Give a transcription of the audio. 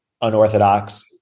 unorthodox